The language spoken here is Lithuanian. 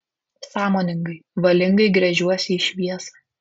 sąmoningai valingai gręžiuosi į šviesą